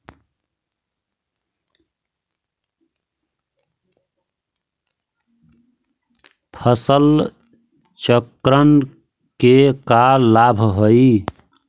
फसल चक्रण के का लाभ हई?